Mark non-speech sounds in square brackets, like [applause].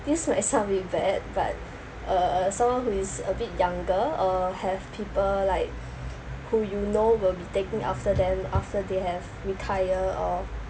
[laughs] this might very sound a bit bad but uh someone who is a bit younger uh have people like who you know will be taking after then after they have retire or